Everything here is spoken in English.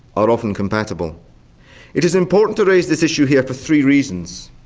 are often compatible it is important to raise this issue here for three reasons.